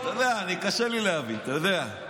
אתה יודע, קשה לי להבין, אתה יודע.